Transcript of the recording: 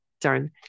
Darn